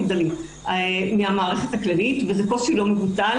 מן המערכת הכללית וזה קושי לא מבוטל.